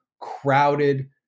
crowded